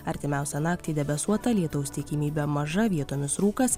artimiausią naktį debesuota lietaus tikimybė maža vietomis rūkas